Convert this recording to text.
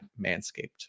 Manscaped